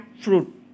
fruit